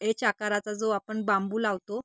H आकाराचा जो आपण बांबू लावतो